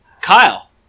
Kyle